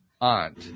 aunt